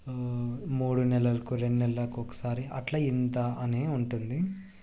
మూడు నెలలకు రెండు నెల్లకు ఒకసారి అట్లా ఇంత అని ఉంటుంది